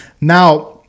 Now